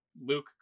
luke